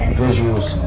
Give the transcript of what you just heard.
visuals